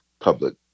public